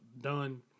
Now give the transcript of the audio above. done